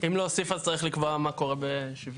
אם להוסיף אז צריך לקבוע מה קורה בשוויון.